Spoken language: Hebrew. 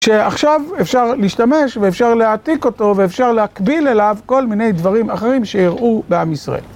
שעכשיו אפשר להשתמש ואפשר להעתיק אותו ואפשר להקביל אליו כל מיני דברים אחרים שיראו בעם ישראל.